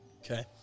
Okay